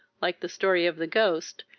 like the story of the ghost,